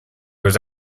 was